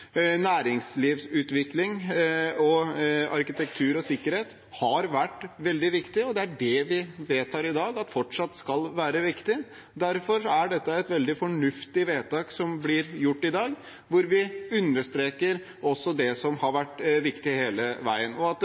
vært veldig viktig, og det er det vi vedtar i dag fortsatt skal være viktig. Derfor er det et veldig fornuftig vedtak som blir gjort i dag, hvor vi understreker også det som har vært viktig hele veien. At tre skal være viktig i regjeringskvartalet, har egentlig allerede gjennom vinnerforslaget, Adapt, blitt understreket – at